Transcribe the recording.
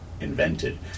invented